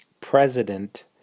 president